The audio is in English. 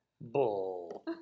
Bull